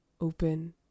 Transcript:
open